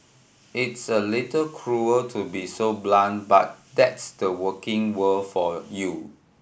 it's a little cruel to be so blunt but that's the working world for you